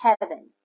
heaven